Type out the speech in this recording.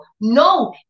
No